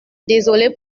désolé